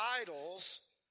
idols